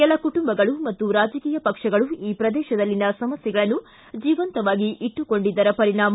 ಕೆಲ ಕುಟುಂಬಗಳು ಮತ್ತು ರಾಜಕೀಯ ಪಕ್ಷಗಳು ಈ ಪ್ರದೇತದಲ್ಲಿನ ಸಮಸ್ಥೆಗಳನ್ನು ಜೀವಂತವಾಗಿ ಇಟ್ಟುಕೊಂಡಿದ್ದರ ಪರಿಣಾಮ